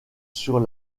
sur